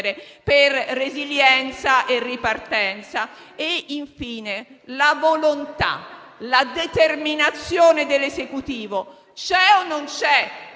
per resilienza e ripartenza. Infine, la volontà e la determinazione dell'Esecutivo ci sono o